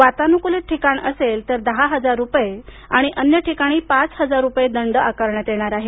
वातानुकुलीत ठिकाण असेल तर दहा हजार रुपये आणि अन्य ठिकाणी पाच हजार रुपये दंड आकारण्यात येणार आहे